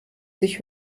sich